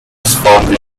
response